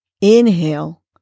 Inhale